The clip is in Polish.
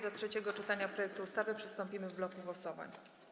Do trzeciego czytania projektu ustawy przystąpimy w bloku głosowań.